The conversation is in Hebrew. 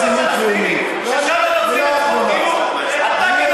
הפלסטינית, אתה כנוצרי צריך להתבייש לך.